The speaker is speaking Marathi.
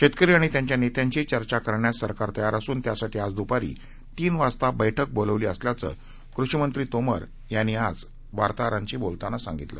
शेतकरी आणि त्यांच्या नेत्यांशी चर्चा करण्यास सरकार तयार असून त्यासाठी आज दुपारी तीन वाजता बर्कि बोलावली असल्याचं कृषी मंत्री तोमर यांनी आज सकाळी वार्ताहरांशी बोलताना सांगितलं